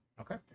Okay